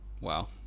Wow